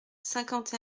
cinquante